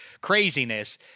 craziness